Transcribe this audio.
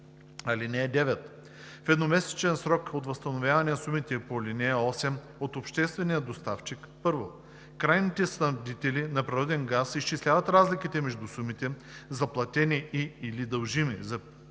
(9) В едномесечен срок от възстановяване на сумите по ал. 8 от обществения доставчик: 1. крайните снабдители на природен газ изчисляват разликата между сумите, заплатени и/или дължими